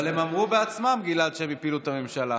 אבל הם אמרו בעצמם שהם הפילו את הממשלה,